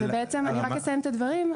אני רק אסיים את הדברים.